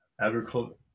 Agriculture